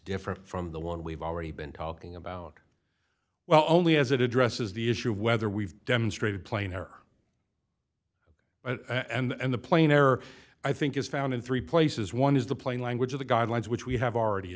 different from the one we've already been talking about well only as it addresses the issue of whether we've demonstrated plainer and the plainer i think is found in three places one is the plain language of the guidelines which we have already